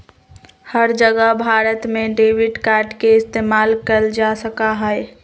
हर जगह भारत में debit card के इस्तेमाल कइल जा सका हई